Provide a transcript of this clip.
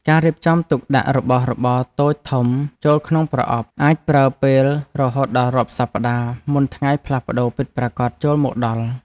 ការរៀបចំទុកដាក់របស់របរតូចធំចូលក្នុងប្រអប់អាចប្រើពេលរហូតដល់រាប់សប្ដាហ៍មុនថ្ងៃផ្លាស់ប្ដូរពិតប្រាកដចូលមកដល់។